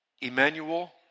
Emmanuel